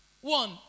One